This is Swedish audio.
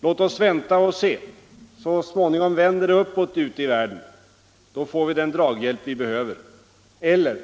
Låt oss vänta och se. Så småningom vänder det uppåt ute i världen. Då får vi den draghjälp vi behöver. 2.